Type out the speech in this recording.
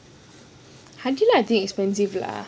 hai di lao I think expensive lah